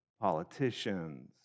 politicians